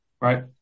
right